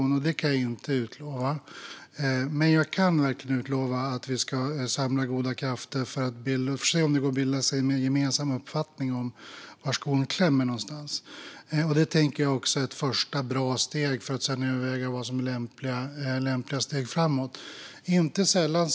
En sådan kan jag inte utlova. Men jag kan verkligen utlova att vi ska samla goda krafter för att se om det går att bilda sig en ny gemensam uppfattning om var skon klämmer någonstans, vilket jag tycker är ett bra första steg, för att sedan överväga vilka steg framåt som är lämpliga.